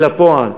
אל הפועל,